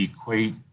equate